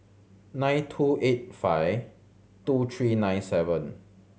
nine two eight five two three nine seven